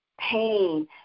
pain